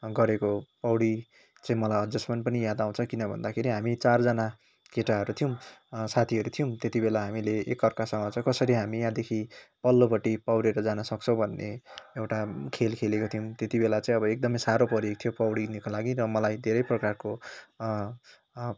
गरेको पौडी चाहिँ मलाई अझसम्म पनि याद आउँछ किन भन्दाखेरि हामी चारजना केटाहरू थियौँ साथीहरू थियौँ त्यतिबेला हामीले एकार्कासँग चाहिँ कसरी हामी यहाँदेखि पल्लोपट्टि पौढेर जान सक्छौँ भन्ने एउटा खेल खेलेको थियौँ त्यतिबेला चाहिँ एकदमै साह्रो परेको थियो पौढिनको लागि र मलाई धेरै प्रकारको